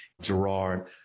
Gerard